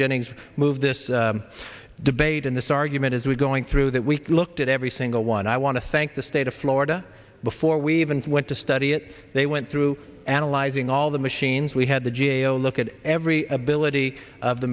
jennings moved this debate in this argument as we going through that we looked at every single one i want to thank the state of florida before we even went to study it they went through analyzing all the machines we had the g a o look at every ability of the